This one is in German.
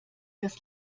das